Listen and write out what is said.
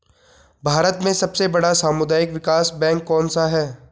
भारत में सबसे बड़ा सामुदायिक विकास बैंक कौनसा है?